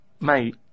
mate